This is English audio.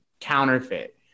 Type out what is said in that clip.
counterfeit